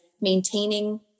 maintaining